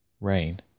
Rain